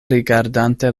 rigardante